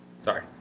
Sorry